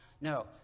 No